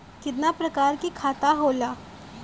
कितना प्रकार के खाता होला?